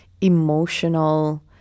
emotional